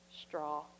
straw